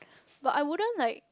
but I wouldn't like